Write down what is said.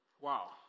Wow